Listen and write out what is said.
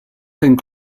cinq